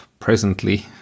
Presently